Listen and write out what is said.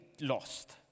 lost